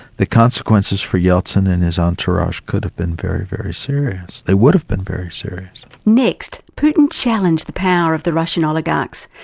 the consequences for yeltsin and his entourage could have been very, very serious they would have been very serious. next, putin challenged the power of the russian oligarchs,